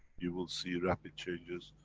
you will see rapid changes,